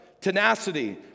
tenacity